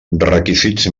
requisits